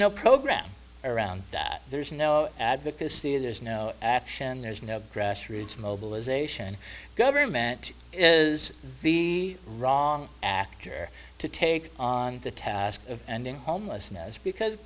no program around that there's no advocacy there's no action there's no grassroots mobilization government is the wrong actor to take on the task of ending homelessness because